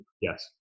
Yes